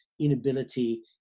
inability